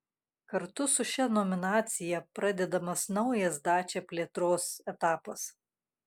kartu su šia nominacija pradedamas naujas dacia plėtros etapas